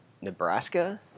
Nebraska